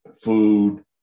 food